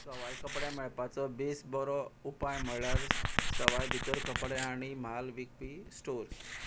सवाय कपडे मेळपाचो बेस बरो उपाय म्हळ्यारच सवाय भितर कपडे आनी म्हाल विकपी स्टोर्स